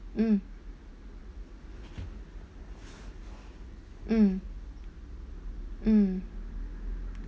mm mm mm